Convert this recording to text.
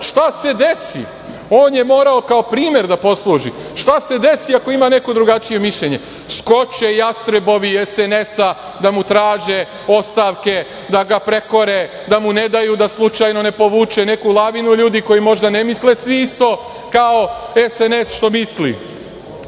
ovde. On je morao kao primer da posluži, šta se desi ako ima neko drugačije mišljenje, skoče jastrebovi SNS da mu traže ostavke, da ga prekore, da mu ne daju da slučajno ne povuče neku lavinu ljudi koji možda ne misle svi isto kao SNS što